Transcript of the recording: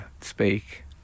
speak